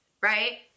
right